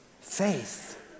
faith